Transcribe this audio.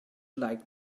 like